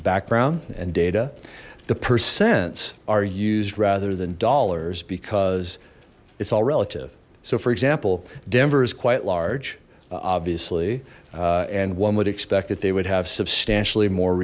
background and data the percents are used rather than dollars because it's all relative so for example denver is quite large obviously and one would expect that they would have substantially more